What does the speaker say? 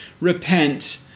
repent